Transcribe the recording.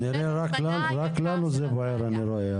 אני רואה שרק לנו זה בוער,